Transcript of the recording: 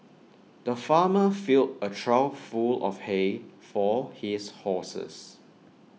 the farmer filled A trough full of hay for his horses